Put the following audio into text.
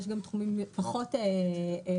יש גם תחומים פחות מובהקים,